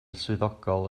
swyddogol